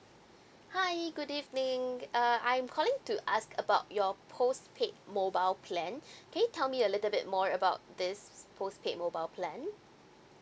hi good evening uh I'm calling to ask about your postpaid mobile plan can you tell me a little bit more about this postpaid mobile plan